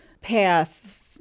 path